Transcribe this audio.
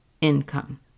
income